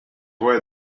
why